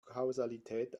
kausalität